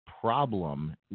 problem